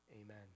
amen